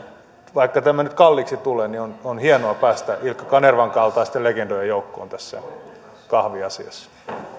vaikka tämä nyt kalliiksi tulee niin on on hienoa päästä ilkka kanervan kaltaisten legendojen joukkoon tässä kahviasiassa